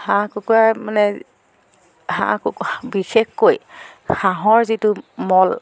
হাঁহ কুকুৰাই মানে হাঁহ কুকুৰাই বিশেষকৈ হাঁহৰ যিটো মল